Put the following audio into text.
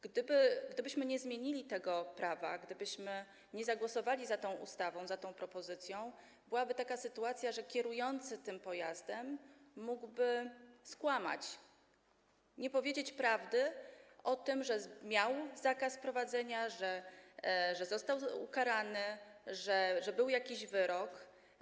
Gdybyśmy nie zmienili tego prawa, gdybyśmy nie zagłosowali za tą ustawą, za tą propozycją, byłaby taka sytuacja, że kierujący tym pojazdem mógłby skłamać, nie powiedzieć prawdy o tym, że miał zakaz prowadzenia, że został ukarany, że dostał jakiś wyrok.